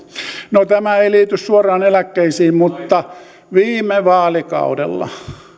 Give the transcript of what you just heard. no tämä ei liity suoraan eläkkeisiin viime vaalikaudella